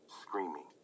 screaming